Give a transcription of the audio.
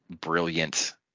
brilliant